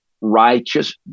righteous